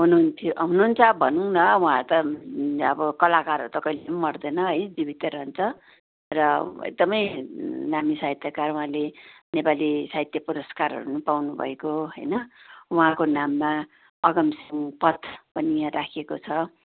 हुनुहुन्थ्यो हुनुहुन्छ भनौँ न उहाँ त अब कलाकारहरू त कहिले पनि मर्दैन है जीवितै रहन्छ र एकदमै नामी साहित्यकार उहाँले नेपाली साहित्य पुरस्कारहरू पनि पाउनु भएको होइन उहाँको नाममा अगमसिंह पथ पनि यहाँ राखिएको छ